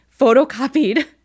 photocopied